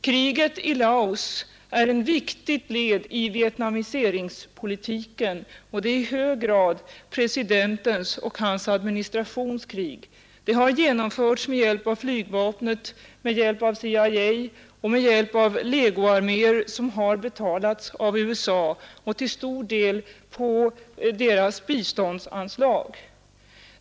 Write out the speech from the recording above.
Kriget i Laos är ett viktigt led i vietnamiseringspolitiken, och det är i hög grad presidentens och hans administrations krig. Det har genomförts med hjälp av flygvapnet, med hjälp av CIA och med hjälp av legoarmder som har betalats av USA och till stor del på dess biståndsanslag.